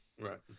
Right